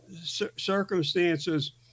circumstances